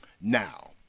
Now